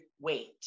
wait